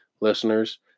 listeners